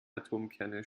atomkerne